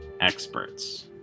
experts